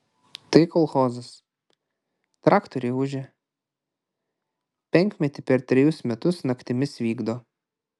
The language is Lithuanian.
tai kolchozas traktoriai ūžia penkmetį per trejus metus naktimis vykdo